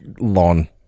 lawn